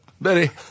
Betty